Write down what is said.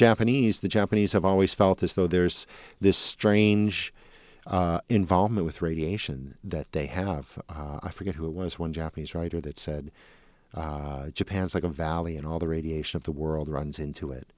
japanese the japanese have always felt as though there's this strange involvement with radiation that they have i forget who it was one japanese writer that said japan's like a valley and all the radiation of the world runs into it